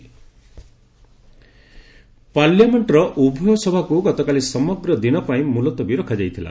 parliament adjourn ପାର୍ଲାମେଣ୍ଟର ଉଭୟ ସଭାକୁ ଗତକାଲି ସମଗ୍ର ଦିନ ପାଇଁ ମୁଲତବୀ ରଖାଯାଇଥିଲା